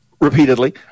repeatedly